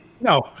No